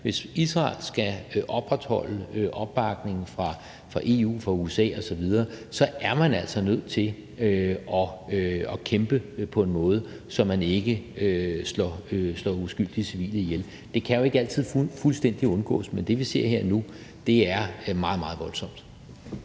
Hvis Israel skal opretholde opbakningen fra EU, fra USA osv., er man altså nødt til at kæmpe på en måde, hvor man ikke slår uskyldige civile ihjel. Det kan jo ikke altid fuldstændig undgås, men det, vi ser her nu, er meget, meget voldsomt.